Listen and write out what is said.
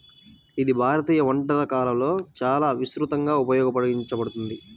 ఇది భారతీయ వంటకాలలో చాలా విస్తృతంగా ఉపయోగించబడుతుంది